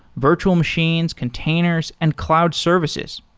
virtual machines, containers and cloud services